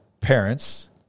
parents